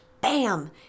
bam